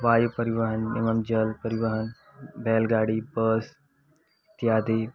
वायु परिवहन एवं जल परिवहन बैल गाड़ी बस इत्यादि